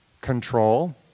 control